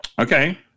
Okay